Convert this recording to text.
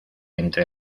entre